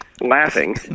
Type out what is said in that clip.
laughing